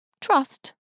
Trust